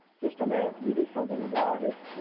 just a man, we do something about it.